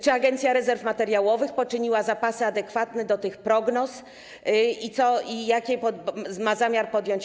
Czy Agencja Rezerw Materiałowych poczyniła zapasy adekwatne do tych prognoz i jakie kroki ma zamiar podjąć?